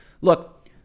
Look